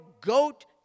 goat